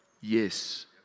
Yes